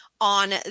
on